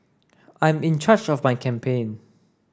I'm in charge of my campaign